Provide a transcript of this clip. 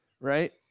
Right